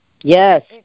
Yes